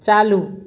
चालू